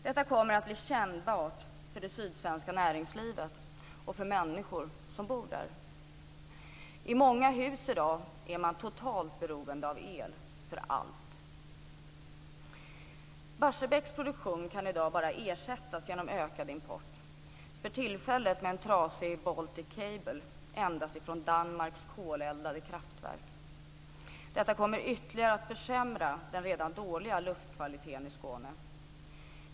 Detta kommer att bli kännbart för det sydsvenska näringslivet och för människor som bor i Sydsverige. I många hus är man i dag totalt beroende av el för allt. Barsebäcks produktion kan i dag bara ersättas genom en ökad import, för tillfället, med en trasig Baltic Cable, endast från Danmarks koleldade kraftverk. Detta kommer att ytterligare försämra den redan dåliga luftkvaliteten i Skåne.